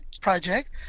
project